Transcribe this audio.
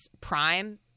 prime